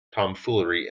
tomfoolery